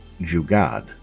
jugad